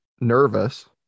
nervous